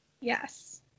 Yes